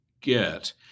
get